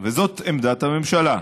וזאת עמדת הממשלה.